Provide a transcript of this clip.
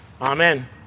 Amen